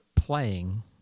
playing